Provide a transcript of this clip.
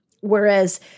whereas